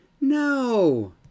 No